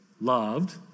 loved